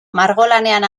margolanean